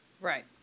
Right